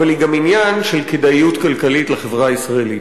אבל היא גם עניין של כדאיות כלכלית לחברה הישראלית.